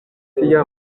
tia